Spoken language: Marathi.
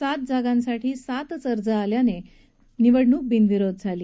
सात जागांसाठी सातच अर्ज आल्याने निवडणूक बिनविरोध झाली